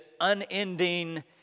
unending